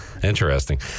Interesting